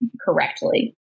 correctly